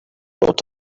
wrote